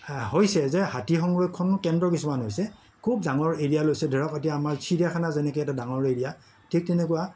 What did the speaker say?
হৈছে যে হাতী সংৰক্ষণ কেন্দ্ৰ কিছুমান হৈছে খুব ডাঙৰ এৰিয়া লৈছে ধৰক এতিয়া আমাৰ চিৰিয়াখানা যেনেকে এটা ডাঙৰ এৰিয়া ঠিক তেনেকুৱা